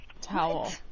towel